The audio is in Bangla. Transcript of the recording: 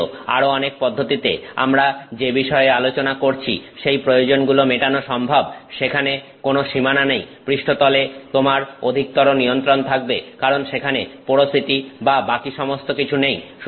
যদিও আরো অনেক পদ্ধতিতে আমরা যে বিষয়ে আলোচনা করছি সেই প্রয়োজনগুলো মেটানো সম্ভব সেখানে কোন সীমানা নেই পৃষ্ঠতলে তোমার অধিকতর নিয়ন্ত্রণ থাকবে কারণ সেখানে পোরোসিটি বা বাকি সমস্ত কিছু নেই